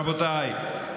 רבותיי.